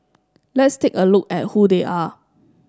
let's take a look at who they are